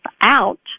out